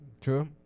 True